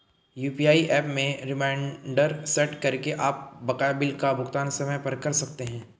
UPI app में reminder set करके आप बकाया बिल का भुगतान समय पर कर सकते हैं